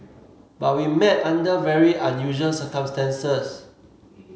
but we met under very unusual circumstances